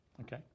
Okay